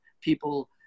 people